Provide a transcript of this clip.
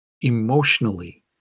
emotionally